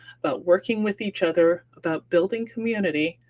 about working with each other, about building community,